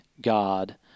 God